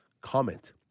Comment